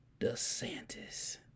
DeSantis